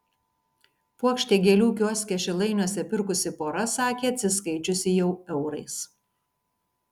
puokštę gėlių kioske šilainiuose pirkusi pora sakė atsiskaičiusi jau eurais